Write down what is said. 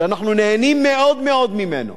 שאנחנו נהנים מאוד מאוד ממנו,